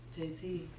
JT